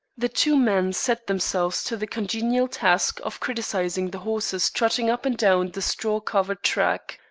the two men set themselves to the congenial task of criticizing the horses trotting up and down the straw-covered track,